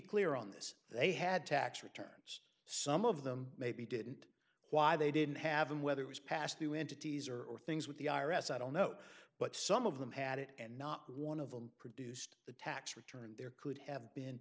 clear on this they had tax returns some of them maybe didn't why they didn't have them whether it was passed through entities or or things with the i r s i don't know but some of them had it and not one of them produced the tax return and there could have been